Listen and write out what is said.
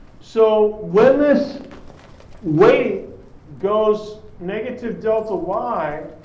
so when this weight goes negative delta y,